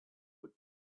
would